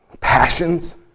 Passions